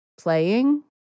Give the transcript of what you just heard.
playing